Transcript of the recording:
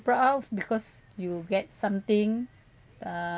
proud of because you get something uh